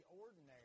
ordinary